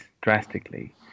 drastically